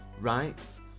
rights